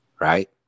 right